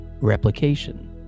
replication